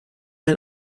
ein